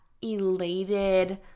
elated